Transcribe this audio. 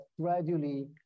gradually